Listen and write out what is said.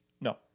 No